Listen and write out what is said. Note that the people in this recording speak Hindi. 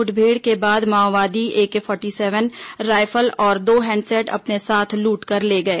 मुठभेड़ के बाद माओवादी एके सैंतालीस रायफल और दो हैंडसेट अपने साथ लूटकर ले गए